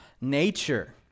nature